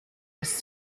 was